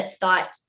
thought